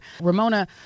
Ramona